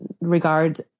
regard